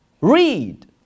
read